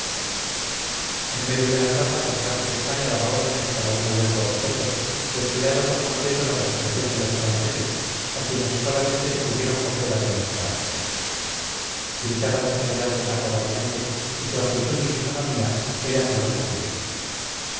en medio de la plaza d carlos españa daba órdenes para uno y otro objeto descuidando por completo la persecución de los franceses a quienes solamente se pudieron coger algunos carros gritaba el general desaforadamente y su actitud y fisonomía eran de loco furioso